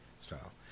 style